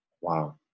wow